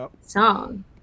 song